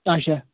اچھا